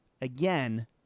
Again